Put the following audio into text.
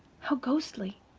how ghostly!